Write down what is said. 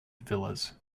villas